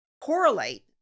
correlate